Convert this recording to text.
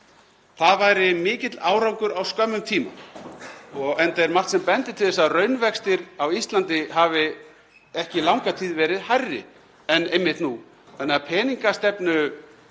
Það væri mikill árangur á skömmum tíma enda er margt sem bendir til þess að raunvextir á Íslandi hafi ekki í langa tíð verið hærri en einmitt nú. Þannig að peningastefnuákvarðanir